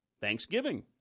Thanksgiving